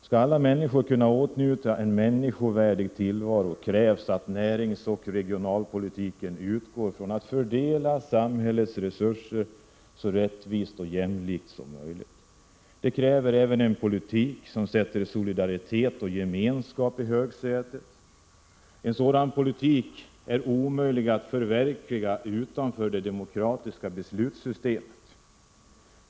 Skall alla människor kunna åtnjuta en människovärdig tillvaro, krävs att näringsoch regionalpolitikens utgångspunkt är att fördela samhällets resurser så rättvist och jämlikt som möjligt. Det krävs även en politik som sätter solidaritet och gemenskap i högsätet. En sådan politik är omöjlig att förverkliga utanför det demokratiska beslutssystemet.